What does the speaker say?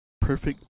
perfect